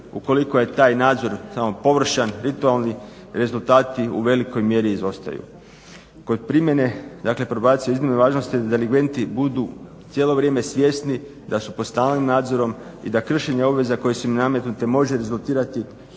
ukoliko je taj nadzor samo površan virtualni rezultati u velikoj mjeri izostaju. Kod primjene probacije od iznimne je važnosti da delikventi budu cijelo vrijeme svjesni da su pod stalnim nadzorom i da kršenje obveza koje su im nametnute može rezultirati